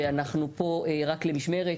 שהרי אנחנו פה רק למשמרת,